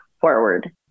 forward